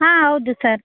ಹಾಂ ಹೌದು ಸರ್